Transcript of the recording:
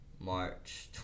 March